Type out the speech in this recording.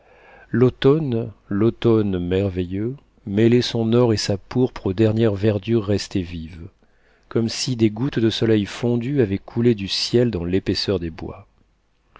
l'automne l'automne merveilleux mêlait son or et sa pourpre aux dernières verdures restées vives comme si des gouttes de soleil fondu avaient coulé du ciel dans l'épaisseur des bois